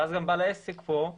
אז גם בעל העסק כאן יינזק.